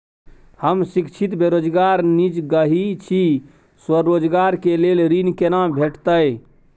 हम शिक्षित बेरोजगार निजगही छी, स्वरोजगार के लेल ऋण केना भेटतै?